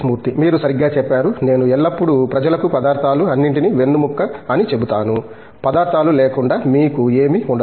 మూర్తి మీరు సరిగ్గా చెప్పారు నేను ఎల్లప్పుడూ ప్రజలకు పదార్థాలు అన్నింటికీ వెన్నెముక అని చెబుతాను పదార్థాలు లేకుండా మీకు ఏమీ ఉండదు